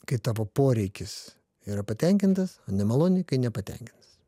kai tavo poreikis yra patenkintas o nemaloni kai nepatenkintas